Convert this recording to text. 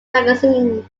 magazine